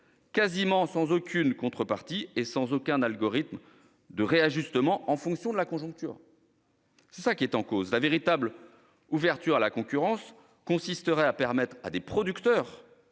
quasiment sans aucune contrepartie et sans aucun algorithme de réajustement en fonction de la conjoncture. La véritable ouverture à la concurrence consisterait à permettre à des producteurs